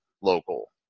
local